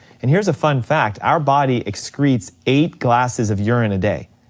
and here's a fun fact, our body excretes eight glasses of urine a day.